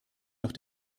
noch